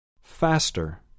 Faster